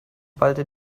ballte